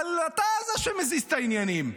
אבל אתה זה שמזיז את העניינים.